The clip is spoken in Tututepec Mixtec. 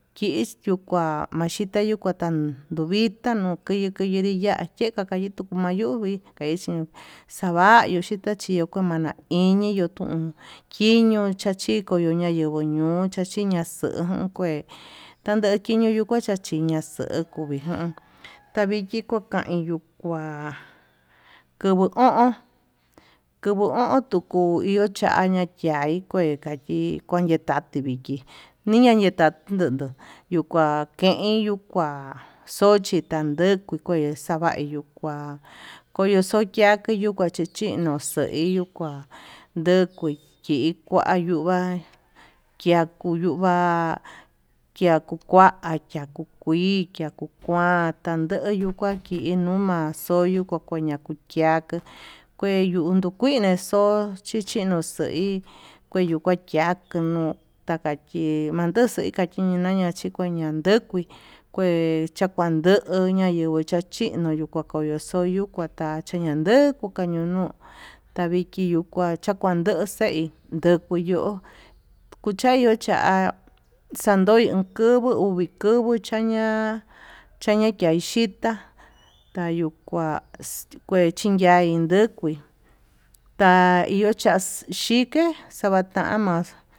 Kixyukua maxhita yukua kanduvi ita nuke tuyinre yachia, he kakayi tuu ñayuvi kaixi xavayu kutachiyu kuchunama iñi yuu tun kiño'o, chikoñoguo ñañenguo ñuu chiá chiñaxun kué tañeño xhikuatan xhiñia tankeko ñuuko, ujun taviki kuu kain kua kuvuu o'on kuvuu o'on tuku yuu chiaña yai kue kayii koin, yetati viki ñiña yetati tunduu yuu kua ken yuu kua xochi tandei xavaxhi kuá koyoxoyaki kuu kuachichiño, xoi yuu kua ndukui chikua yuu huá yaku yuu va'a yakukuaya kuu kui yaku kuan, tandeyu yuu kua kii numa'a xoyo ña'a kuu makukiaka kue yuu ndukuine xochí ichi noxaí he yuu kua kia kinutá kai manduxu kakiñaña, chikueña ndukui kie chakuanduñia yuu kuu chachino yuku koyo xoyukuata chañanduku, kañunu taviki nuu kua chakua kandui xeí yuku yuu kuchayo cha'a xandoi uu kuvu unikuvu cháña chaña kaixhitá, yayuu kua kuei chinakui ndukui taio cha'a xhike chavatama'a.